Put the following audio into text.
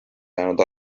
jäänud